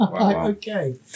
Okay